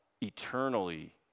eternally